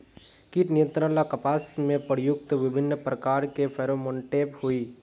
कीट नियंत्रण ला कपास में प्रयुक्त विभिन्न प्रकार के फेरोमोनटैप होई?